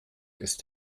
ist